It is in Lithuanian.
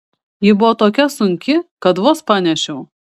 ji buvo tokia sunki kad vos panešiau